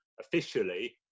officially